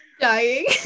dying